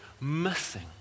missing